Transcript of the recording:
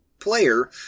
player